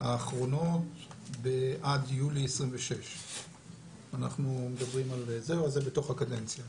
האחרונות עד יולי 2026. זה בתוך הקדנציה.